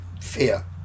fear